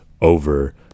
over